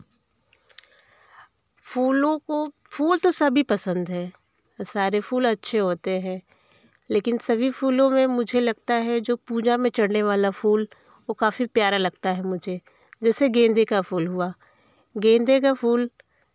फूलों को फूल तो सभी पसंद है सारे फूल अच्छे होते हैं लेकिन सभी फूलों में मुझे लगता है जो पूजा में चढ़ने वाला फूल वह काफ़ी प्यारा लगता है मुझे जैसे गेंदे का फूल हुआ गेंदे का फूल